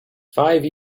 five